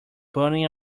bumming